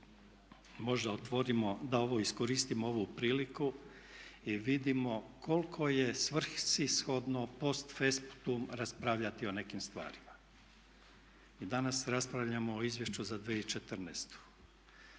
možda otvorimo, da iskoristimo ovu priliku i vidimo koliko je svrsishodno post festum raspravljati o nekim stvarima. Danas raspravljamo o Izvješću za 2014.